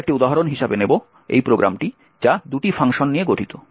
আমরা একটি উদাহরণ হিসাবে নেব এই প্রোগ্রামটি যা দুটি ফাংশন নিয়ে গঠিত